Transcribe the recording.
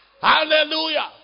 Hallelujah